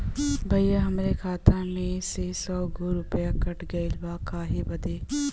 भईया हमरे खाता मे से सौ गो रूपया कट गइल बा काहे बदे?